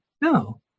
No